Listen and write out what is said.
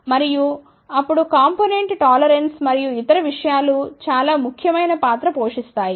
మరియు అప్పుడు component tolerance మరియు ఇతర విషయాలు చాలా ముఖ్యమైన పాత్ర పోషిస్తాయి